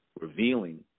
revealing